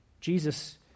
Jesus